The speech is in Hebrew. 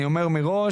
אני אומר מראש,